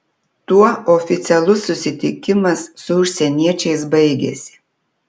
tuo oficialus susitikimas su užsieniečiais baigėsi